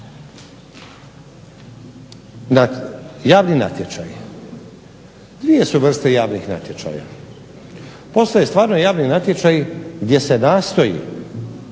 javni natječaj, dvije su vrste javnih natječaja, postoji stvarno javni natječaji gdje se nastoji